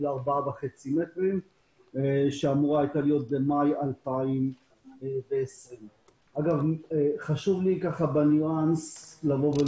4.5 מטרים שאמורה הייתה להיות במאי 2020. חשוב לי לומר